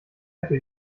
apple